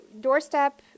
doorstep